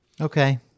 okay